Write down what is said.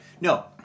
no